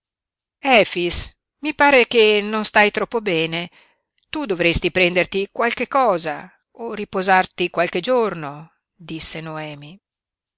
mi pare che non stai troppo bene tu dovresti prenderti qualche cosa o riposarti qualche giorno disse noemi